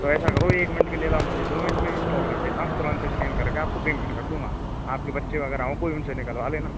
तो ऐसा करो एक मिंट के लिए अब आप मुझे दो मैं इसमें इंस्टॉल कर देता हूँ तुरंत स्कैन करके आपको पेमेंट कर दूँगा आपके बच्चे वगेरह हो कोई उनसे निकलवा लेना